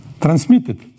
transmitted